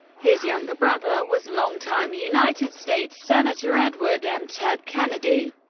his younger brother was longtime united states senator edward m. ted kennedy.